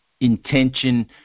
intention